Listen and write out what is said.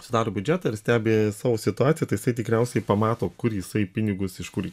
sudaro biudžetą ir stebi savo situaciją tai jisai tikriausiai pamato kur jisai pinigus iš kur